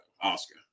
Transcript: Oscar